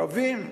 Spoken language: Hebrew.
רבים.